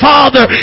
Father